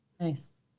Nice